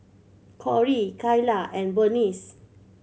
Corie Kyla and Burnice